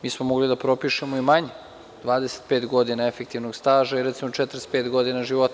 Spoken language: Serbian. Mi smo mogli da propišemo i manje, 25 godina efektivnog staža i, recimo, 45 godina života.